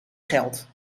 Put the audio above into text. geld